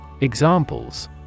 Examples